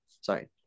Sorry